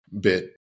bit